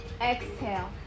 Exhale